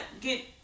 get